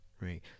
right